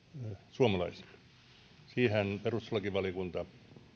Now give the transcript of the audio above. suomalaisille sitähän perustuslakivaliokunta